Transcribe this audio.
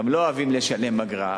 גם לא אוהבים לשלם אגרה,